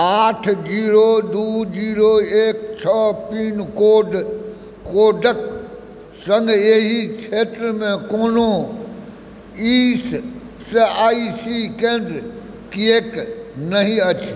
आठ जीरो दू जीरो एक छओ पिनकोड कोडक सङ्ग एहि क्षेत्रमे कोनो ई एस आई सी केंद्र किएक नहि अछि